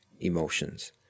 emotions